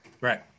right